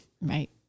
Right